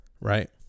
Right